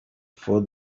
for